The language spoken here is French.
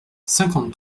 cinquante